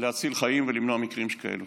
להציל חיים ולמנוע מקרים כאלה.